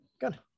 Good